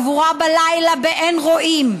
קבורה בלילה באין רואים.